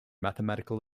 mathematical